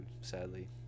sadly